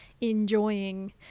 enjoying